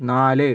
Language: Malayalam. നാല്